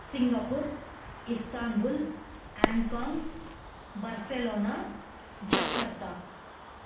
Singapore Istanbul Hong Kong Barcelona Jakarta